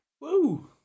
Woo